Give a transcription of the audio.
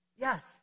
Yes